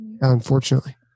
Unfortunately